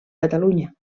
catalunya